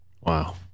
Wow